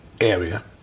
area